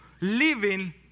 living